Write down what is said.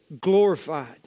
glorified